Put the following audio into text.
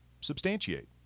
substantiate